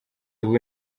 ubu